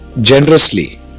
generously